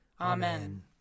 Amen